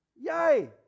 Yay